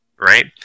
right